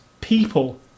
people